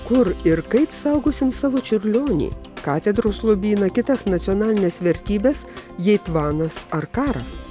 kur ir kaip saugosim savo čiurlionį katedros lobyną kitas nacionalines vertybes jei tvanas ar karas